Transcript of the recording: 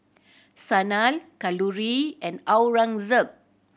Sanal Kalluri and Aurangzeb